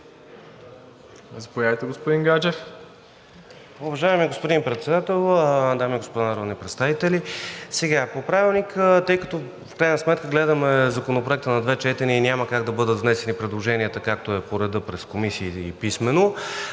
Заповядайте, господин Гаджев.